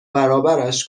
برابرش